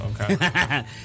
okay